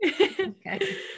Okay